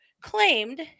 Claimed